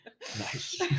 Nice